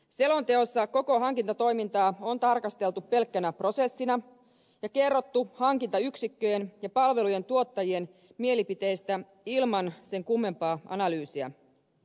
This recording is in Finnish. selonteossa koko hankintatoimintaa on tarkasteltu pelkkänä prosessina ja kerrottu hankintayksikköjen ja palvelujen tuottajien mielipiteistä ilman sen kummempaa analyysiä